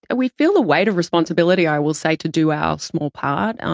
and we feel the weight of responsibility, i will say, to do our small part.